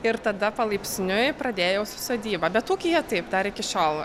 ir tada palaipsniui pradėjau su sodyba bet ūkyje taip dar iki šiol